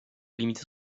limiter